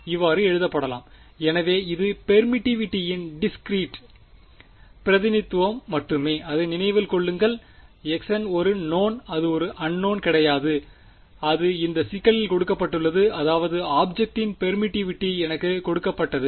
இவ்வாறு எழுதப்படலாம் எனவே இது பெர்மிட்டிவிட்டியின் டிஸ்க்ரீட் பிரதிநிதித்துவம் மட்டுமே அதை நினைவில் கொள்ளுங்கள் χn ஒரு நோவ்ன் அது அன்னோன் கிடையாது அது இந்த சிக்கலில் கொடுக்கப்பட்டுள்ளது அதாவது ஆப்ஜெக்ட்டின் பெர்மிட்டிவிட்டி எனக்கு கொடுக்கப்பட்டது